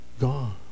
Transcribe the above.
gone